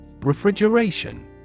Refrigeration